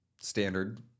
standard